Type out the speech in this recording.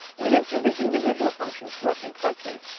with each of the individual functions working correctly,